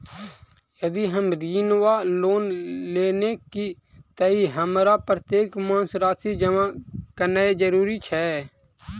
यदि हम ऋण वा लोन लेने छी तऽ हमरा प्रत्येक मास राशि जमा केनैय जरूरी छै?